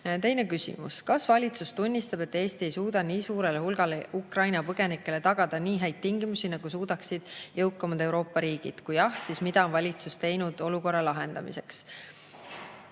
Teine küsimus: "Kas valitsus tunnistab, et Eesti ei suuda nii suurele hulgale Ukraina põgenikele tagada nii häid tingimusi, nagu suudaksid jõukamad Euroopa riigid? Kui jah, siis mida on valitsus teinud olukorra lahendamiseks?"